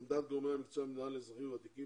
עמדת גורמי המקצוע במשרד לאזרחים ותיקים